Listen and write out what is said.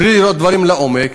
בלי לראות דברים לעומק,